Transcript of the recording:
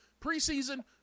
preseason